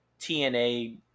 TNA